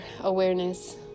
awareness